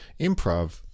improv